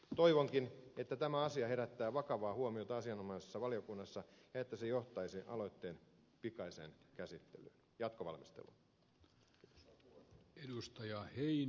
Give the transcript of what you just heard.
toivonkin että tämä asia herättää vakavaa huomiota asianomaisessa valiokunnassa ja että se johtaisi aloitteen pikaiseen jatkovalmisteluun